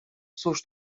cóż